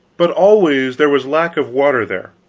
but always there was lack of water there.